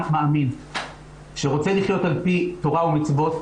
מאמין שרוצה לחיות על פי תורה ומצוות,